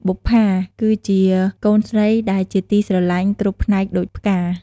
បុប្ជា គឺជាកូនស្រីដែលជាទីស្រឡាញ់គ្រប់ផ្នែកដូចផ្កា។